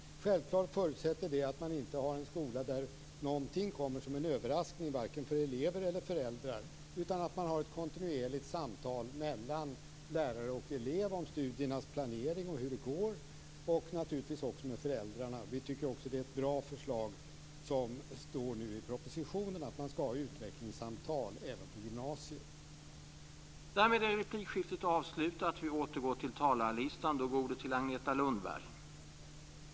Självklart förutsätter detta att man inte har en skola där någonting kommer som en överraskning, varken för elever eller föräldrar. Det sker ett kontinuerligt samtal mellan lärare och elev och naturligtvis också med föräldrarna om planeringen av studierna. Förslaget i propositionen om utvecklingssamtal på gymnasiet är bra.